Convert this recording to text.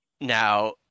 Now